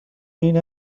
این